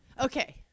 Okay